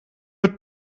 een